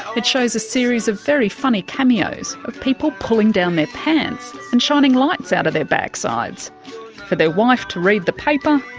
it shows a series of very funny cameos of people pulling down their pants and shining lights out of their backsides for their wife to read the paper,